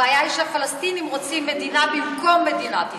הבעיה היא שהפלסטינים רוצים מדינה במקום מדינת ישראל.